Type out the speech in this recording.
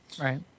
Right